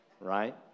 right